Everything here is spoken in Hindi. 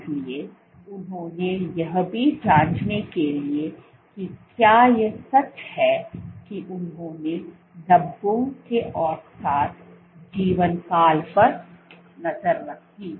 इसलिए उन्होंने यह भी जाँचने के लिए कि क्या यह सच है कि उन्होंने धब्बों के औसत जीवनकाल पर नज़र रखी